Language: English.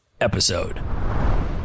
episode